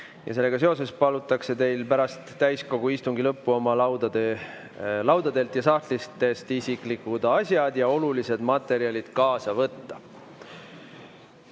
ja sellega seoses palutakse teil pärast täiskogu istungi lõppu oma laudadelt ja sahtlitest isiklikud asjad ja olulised materjalid kaasa võtta.